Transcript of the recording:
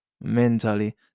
mentally